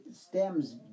stems